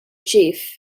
chief